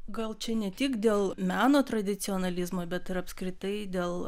gal čia ne tik dėl meno tradicionalizmo bet ir apskritai dėl